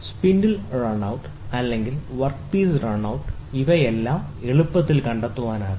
spindle run out അല്ലെങ്കിൽ work piece run out ഇവയെല്ലാം എളുപ്പത്തിൽ കണ്ടെത്താനാകും